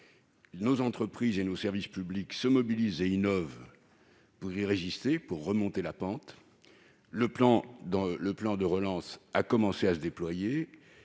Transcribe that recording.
nos entreprises et nos services publics se mobilisent et innovent pour y résister et pour remonter la pente, et le plan de relance a commencé à se déployer.